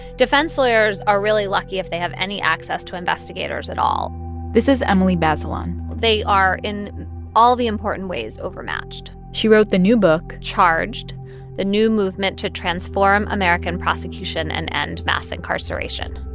defense lawyers are really lucky if they have any access to investigators at all this is emily bazelon they are, in all the important ways, overmatched she wrote the new book. charged the new movement to transform american prosecution and end mass incarceration.